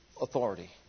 authority